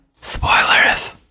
spoilers